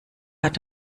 hat